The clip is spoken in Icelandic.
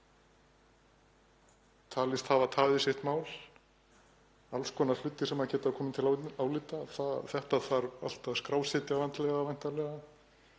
teljist hafa tafið sitt mál, alls konar hlutir sem geta komið til álita. Þetta þarf allt að skrásetja vandlega